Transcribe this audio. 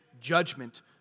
judgment